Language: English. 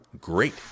Great